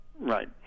Right